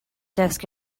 desk